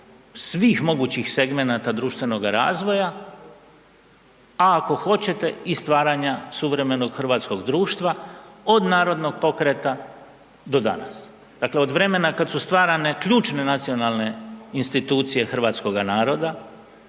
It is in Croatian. svih mogućih segmenata društvenoga razvoja, a ako hoćete i stvaranja suvremenog hrvatskog društva od narodnog pokreta do danas. Dakle, od vremena kad su stvarane ključne nacionalne institucije hrvatskoga naroda,